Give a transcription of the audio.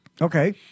Okay